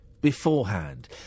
beforehand